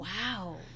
wow